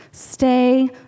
Stay